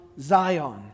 Zion